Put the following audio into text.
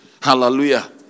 Hallelujah